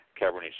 Cabernet